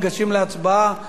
ניגשים להצבעה.